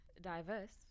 diverse